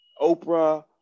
Oprah